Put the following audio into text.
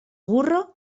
burro